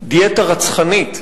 דיאטה רצחנית,